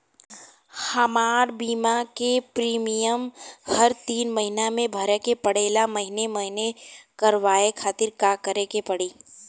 हमार बीमा के प्रीमियम हर तीन महिना में भरे के पड़ेला महीने महीने करवाए खातिर का करे के पड़ी?